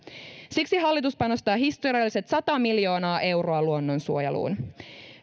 siksi hallitus panostaa historialliset sata miljoonaa euroa luonnonsuojeluun